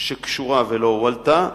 שקשורה ולא עלתה,